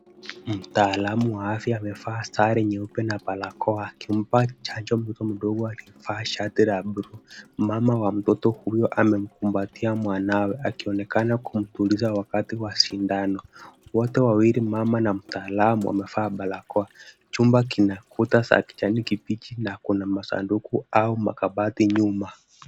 Mtaalamu wa afya amevaa sare nyeupe na barakoa akimpa chanjo mtoto mdogo aliyevaa shati la bluu. Mmama wa mtoto huyu amemkumbatia mwanawe, akionekana kumtuliza wakati wa sindano. Wote wawili, mama na mtaalamu wamevaa barakoa. Chumba kina kuta za kijani kibichi na kuna masanduku au makabati nyuma.